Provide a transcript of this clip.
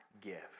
gift